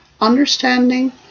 understanding